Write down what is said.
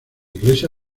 iglesia